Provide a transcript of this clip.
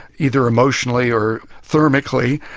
either emotionally or thermically,